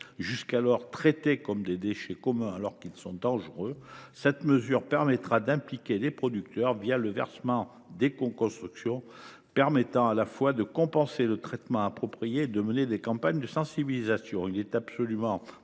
aujourd’hui traités comme des déchets communs, alors qu’ils sont dangereux. Cette mesure permettra d’impliquer les producteurs le versement d’écocontributions pour, à la fois, compenser le traitement approprié et mener des campagnes de sensibilisation. Il est absolument anormal,